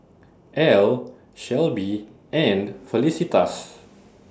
Al Shelby and Felicitas